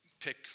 pick